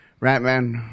Ratman